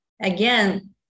again